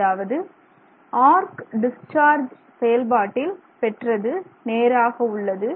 அதாவது arc discharge செயல்பாட்டில் பெற்றது நேராக உள்ளது